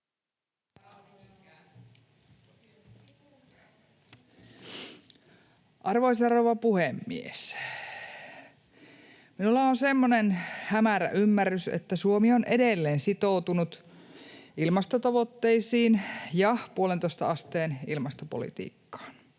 Arvoisa rouva puhemies! Minulla on semmoinen hämärä ymmärrys, että Suomi on edelleen sitoutunut ilmastotavoitteisiin ja 1,5 asteen ilmastopolitiikkaan